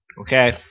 Okay